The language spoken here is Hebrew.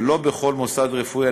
ולא בכל מוסד רפואי,